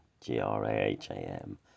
G-R-A-H-A-M